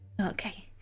Okay